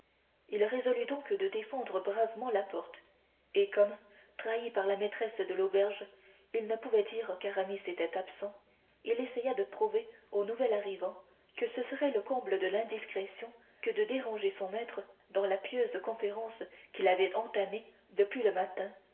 il résolut donc de défendre bravement la porte et comme trahi par la maîtresse de l'auberge il ne pouvait dire qu'aramis était absent il essaya de prouver au nouvel arrivant que ce serait le comble de l'indiscrétion que de déranger son maître dans la pieuse conférence qu'il avait entamée depuis le matin